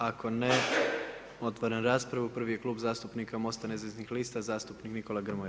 Ako ne, otvaram raspravu, prvi je Klub zastupnika MOST-a nezavisnih lista zastupnik Nikola Grmoja.